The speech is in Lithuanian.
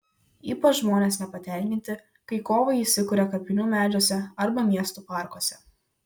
ypač žmonės nepatenkinti kai kovai įsikuria kapinių medžiuose arba miestų parkuose